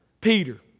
Peter